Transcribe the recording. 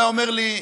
הוא היה אומר לי: